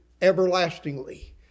Everlastingly